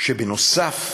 שנוסף